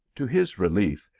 to his relief,